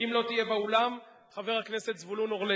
אם לא תהיה באולם, חבר הכנסת זבולון אורלב.